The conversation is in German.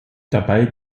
dabei